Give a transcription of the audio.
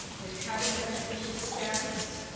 and having that leadership status,